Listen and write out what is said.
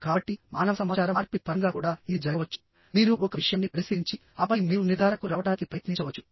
కాబట్టిమానవ సమాచార మార్పిడి పరంగా కూడా ఇది జరగవచ్చు మీరు ఒక విషయాన్ని పరిశీలించి ఆపై మీరు నిర్ధారణకు రావడానికి ప్రయత్నించవచ్చు